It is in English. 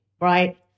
Right